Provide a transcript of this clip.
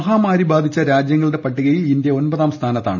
മഹാമാരി ബാധിച്ച രാജ്യങ്ങളുടെ പട്ടികയിൽ ഇന്ത്യ ഒമ്പതാം സ്ഥാനത്താണ്